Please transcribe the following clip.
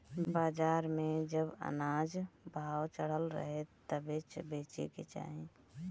बाजार में जब अनाज भाव चढ़ल रहे तबे बेचे के चाही